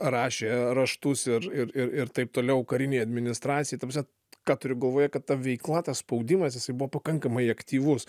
rašė raštus ir ir ir ir taip toliau karinei administracijai ta prasme ką turiu galvoje kad ta veikla tas spaudimas jisai buvo pakankamai aktyvus